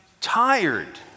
tired